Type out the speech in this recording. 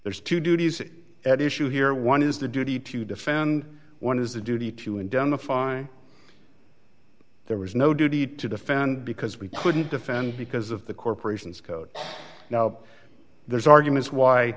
there is to duties at issue here one is the duty to defend one is the duty to indemnify there was no duty to defend because we couldn't defend because of the corporation's code now there's arguments why